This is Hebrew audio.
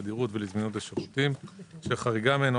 לתדירות ולזמינות השירותים אשר חריגה מהן או